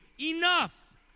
enough